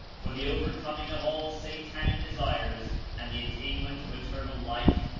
for the overcoming of all satanic desires and the attainment of eternal life,